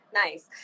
nice